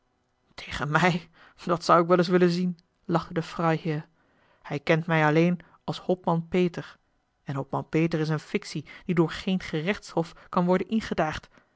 tegen mij dat zou ik wel eens willen zien lachte de freiherr hij kent mij alleen als hopman peter en hopman peter is eene fictie die door geen gerechtshof kan worden